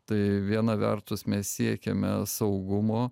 tai viena vertus mes siekiame saugumo